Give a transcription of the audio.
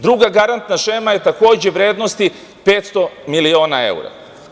Druga garantna šema je, takođe vrednosti 500 miliona evra.